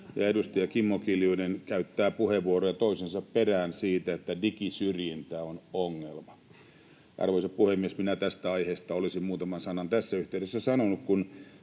edustaja Kimmo Kiljunen käyttää puheenvuoroja toisensa perään siitä, että digisyrjintä on ongelma. Arvoisa puhemies! Olisin tästä aiheesta muutaman sanan tässä yhteydessä sanonut, kun